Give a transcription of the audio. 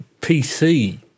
PC